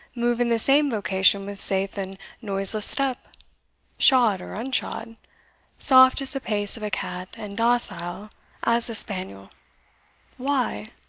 move in the same vocation with safe and noiseless step shod, or unshod soft as the pace of a cat, and docile as a spaniel why?